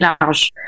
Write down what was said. large